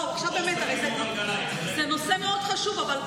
לא, עכשיו באמת, הרי זה נושא מאוד חשוב.